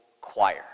choir